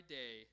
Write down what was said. day